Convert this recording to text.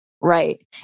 Right